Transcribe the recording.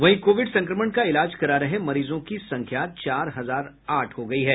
वहीं कोविड संक्रमण का इलाज करा रहे मरीजों की संख्या चार हजार आठ हो गयी है